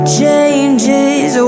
changes